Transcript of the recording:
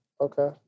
Okay